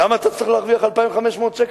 למה אתה צריך להרוויח 2,500 שקל?